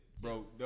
Bro